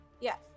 Yes